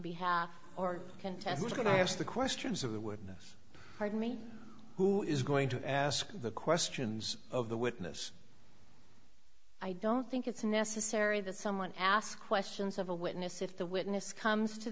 behalf or contests going to ask the questions of the witness pardon me who is going to ask the questions of the witness i don't think it's necessary that someone ask questions of a witness if the witness comes to